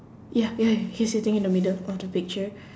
ya ya he's sitting in the middle of the picture